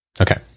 Okay